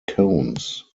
cones